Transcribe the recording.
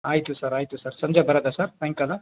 ಆಯಿತು ಸರ್ ಆಯಿತು ಸರ್ ಸಂಜೆ ಬರೋದಾ ಸರ್ ಸಾಯಂಕಾಲ